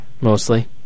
Mostly